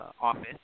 office